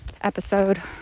episode